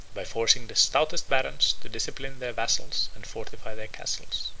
by forcing the stoutest barons to discipline their vassals and fortify their castles.